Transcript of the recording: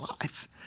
life